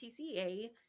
TCA